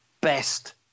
best